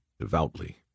devoutly